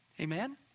amen